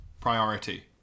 priority